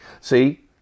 See